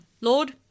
Lord